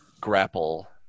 grapple